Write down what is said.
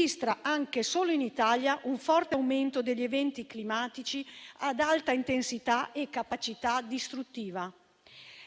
registra, anche solo in Italia, un forte aumento degli eventi climatici ad alta intensità e capacità distruttiva.